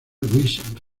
luis